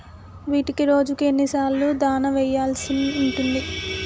వీటికి రోజుకు ఎన్ని సార్లు దాణా వెయ్యాల్సి ఉంటది?